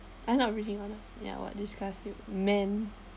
I'm not raging on them ya what disgust you men